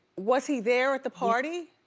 was he there at the party?